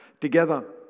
Together